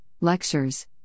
lectures